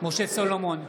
משה סולומון,